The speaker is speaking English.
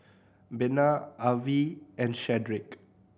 Bena Avie and Shedrick